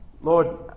Lord